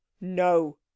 no